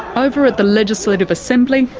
over at the legislative assembly,